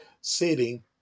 sitting